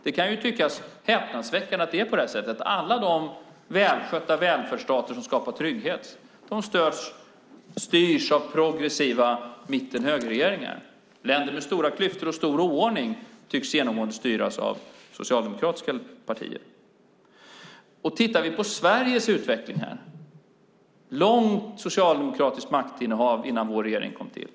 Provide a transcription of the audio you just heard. Det kan tyckas häpnadsväckande att alla de välskötta välfärdsstater som skapar trygghet styrs av progressiva mitten-högerregeringar. Länder med stora klyftor och stor oordning tycks genomgående styras av socialdemokratiska partier. Tittar vi på Sveriges utveckling här ser vi ett långt socialdemokratiskt maktinnehav innan vår regering kom till.